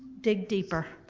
dig deeper,